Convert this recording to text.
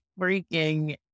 freaking